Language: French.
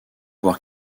boire